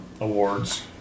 awards